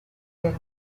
del